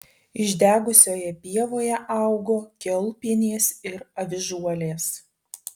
išdegusioje pievoje augo kiaulpienės ir avižuolės